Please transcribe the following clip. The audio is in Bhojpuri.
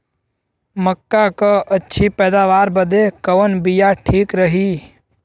मक्का क अच्छी पैदावार बदे कवन बिया ठीक रही?